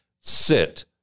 sit